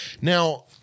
now